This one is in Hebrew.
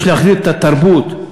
יש להחזיר את התרבות,